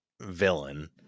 villain